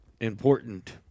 important